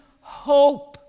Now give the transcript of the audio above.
hope